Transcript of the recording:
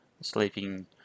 sleeping